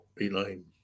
Elaine